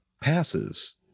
passes